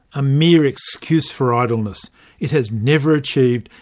a mere excuse for idleness it has never achieved,